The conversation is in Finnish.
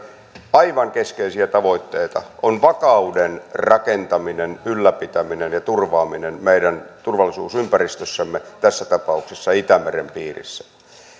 aivan keskeisiä tavoitteita on vakauden rakentaminen ylläpitäminen ja turvaaminen meidän turvallisuusympäristössämme tässä tapauksessa itämeren piirissä